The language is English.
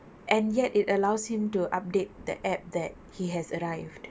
and yet it allows him to update the app that he has arrived